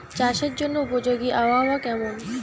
চাষের জন্য উপযোগী আবহাওয়া কেমন?